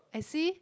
I see